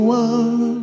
one